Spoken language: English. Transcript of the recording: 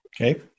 Okay